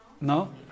no